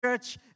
Church